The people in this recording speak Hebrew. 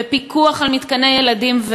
בפיקוח על מתקני ילדים,